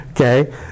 Okay